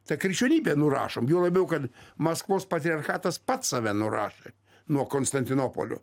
tą krikščionybę nurašom juo labiau kad maskvos patriarchatas pats save nurašė nuo konstantinopolio